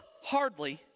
Hardly